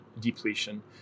depletion